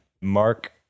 Mark